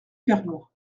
vernois